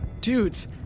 Dudes